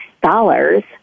dollars